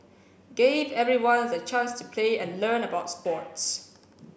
gave everyone the chance to play and learn about sports